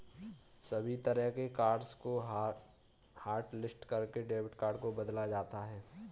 सभी तरह के कार्ड्स को हाटलिस्ट करके डेबिट कार्ड को बदला जाता है